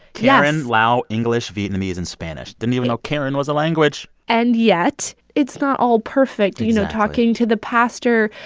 yeah karen, lao, english, vietnamese and spanish didn't even know karen was a language and yet, it's not all perfect exactly you know, talking to the pastor,